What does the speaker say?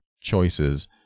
choices